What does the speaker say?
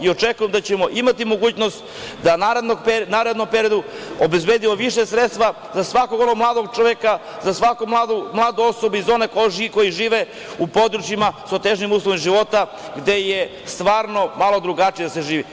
Očekujem da ćemo imati mogućnost da u narednom periodu obezbedimo više sredstava za svakog mladog čoveka, za svaku mladu osobu i za one koji žive u područjima sa otežanim uslovima života, gde je stvarno malo drugačije da se živi.